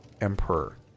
Emperor